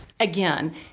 Again